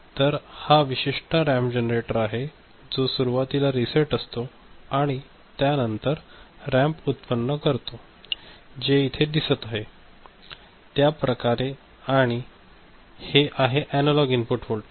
तर हा विशिष्ठ रॅम्प जनरेटर आहे जो सुरुवातीला रीसेट असतो आणि त्यानंतर रॅम्प उत्पन्न करतो जे इथे दिसत आहे त्या प्रकारे आणि हे आहे अनालॉग इनपुट वोल्टेज